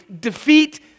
defeat